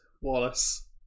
Wallace